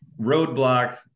roadblocks